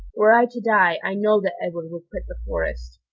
were i to die, i know that edward would quit the forest.